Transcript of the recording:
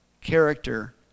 character